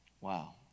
Wow